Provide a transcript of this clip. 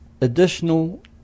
additional